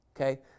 Okay